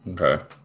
okay